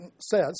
says